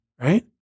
right